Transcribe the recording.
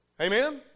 Amen